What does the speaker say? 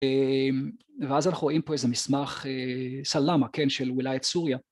‫ואז אנחנו רואים פה איזה מסמך, ‫סלאמה, כן, של ווילאית סוריה.